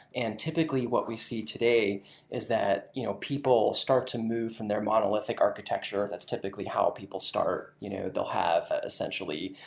and typically, what we see today is that you know people start to move in their monolithic architecture, that's typically how people start. you know they'll have, essentially,